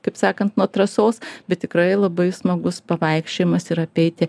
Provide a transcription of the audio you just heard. kaip sakant nuo trasos bet tikrai labai smagus pasivaikščiojimas ir apeiti